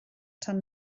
tan